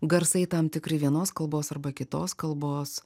garsai tam tikri vienos kalbos arba kitos kalbos